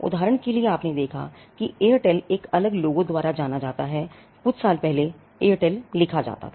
उदाहरण के लिए आपने देखा कि एयरटेल एक अलग logo द्वारा जाना जाता है कुछ साल पहले एयरटेल लिखा जाता था